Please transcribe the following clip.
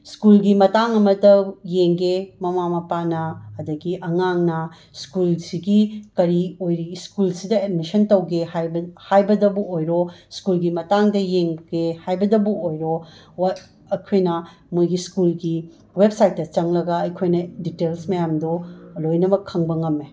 ꯁ꯭ꯀꯨꯜꯒꯤ ꯃꯇꯥꯡ ꯑꯃꯗ ꯌꯦꯡꯒꯦ ꯃꯃꯥ ꯃꯄꯥꯅ ꯑꯗꯒꯤ ꯑꯉꯥꯡꯅ ꯁ꯭ꯀꯨꯜꯁꯤꯒꯤ ꯀꯔꯤ ꯑꯣꯏꯔꯤ ꯁ꯭ꯀꯨꯜꯁꯤꯗ ꯑꯦꯗꯃꯤꯁꯟ ꯇꯧꯒꯦ ꯍꯥꯏꯕ ꯍꯥꯏꯕꯗꯕꯨ ꯑꯣꯏꯔꯣ ꯁ꯭ꯀꯨꯜꯒꯤ ꯃꯇꯥꯡꯗ ꯌꯦꯡꯒꯦ ꯍꯥꯏꯕꯗꯕꯨ ꯑꯣꯏꯔꯣ ꯑꯩꯈꯣꯏꯅ ꯃꯣꯏꯒꯤ ꯁ꯭ꯀꯨꯜꯒꯤ ꯋꯦꯕꯁꯥꯏꯠꯇ ꯆꯡꯉꯒ ꯑꯩꯈꯣꯏꯅ ꯗꯤꯇꯦꯜꯁ ꯃꯌꯥꯝꯗꯣ ꯂꯣꯏꯅꯃꯛ ꯈꯪꯕ ꯉꯝꯃꯦ